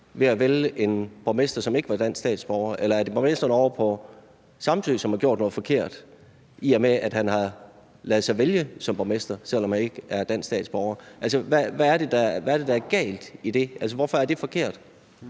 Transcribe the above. ved at vælge en borgmester, som ikke var dansk statsborger. Eller er det borgmesteren ovre på Samsø, som har gjort noget forkert, i og med at han har ladet sig vælge som borgmester, selv om han ikke er dansk statsborger? Hvad er det, der er galt i det? Altså, hvorfor er det forkert?